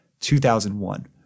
2001